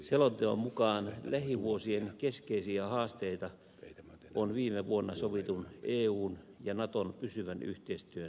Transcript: selonteon mukaan lähivuosien keskeisiä haasteita on viime vuonna sovitun eun ja naton pysyvän yhteistyön kehittäminen